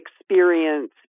experience